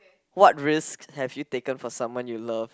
what risks have you taken for someone you love